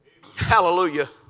Hallelujah